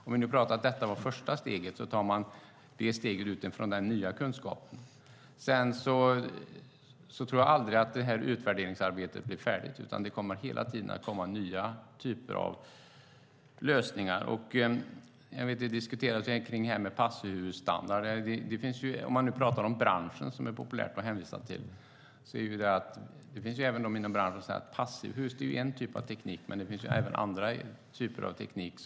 Om vi nu pratar om att detta var det första steget tar man nästa steg utifrån den nya kunskapen. Jag tror aldrig att det här utvärderingsarbetet blir färdigt, utan det kommer hela tiden att komma nya typer av lösningar. Jag vet att det diskuteras kring det här med passivhusstandard. Om man nu pratar om branschen, som det är populärt att hänvisa till, kan jag säga att det finns de inom branschen som säger att passivhus är en typ av teknik, men det finns även andra typer av teknik.